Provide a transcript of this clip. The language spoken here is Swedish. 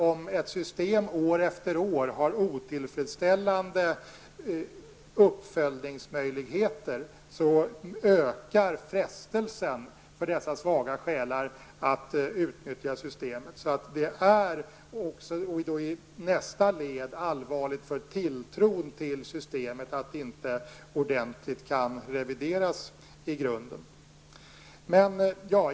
Om ett system år efter år har otillfredsställande uppföljningsmöjligheter så är det klart att frestelsen ökar för dessa svaga själar att utnyttja systemet. Det är således i nästa led allvarligt för tilltron för systemet att det inte kan revideras ordentligt.